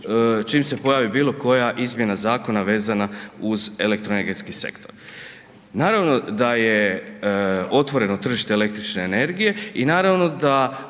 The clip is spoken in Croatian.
čim se pojavi bilo koja izmjena zakona vezana uz elektroenergetski sektor. Naravno da je otvoreno tržište električne energije i naravno da